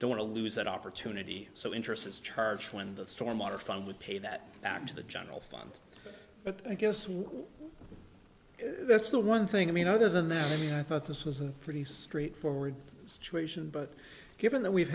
don't want to lose that opportunity so interest is charged when that storm water fund would pay that back to the general fund but i guess what that's the one thing i mean other than that i mean i thought this was a pretty straightforward situation but given that we've